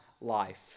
life